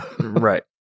Right